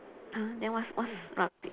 then what what's what's rugby